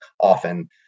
often